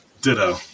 Ditto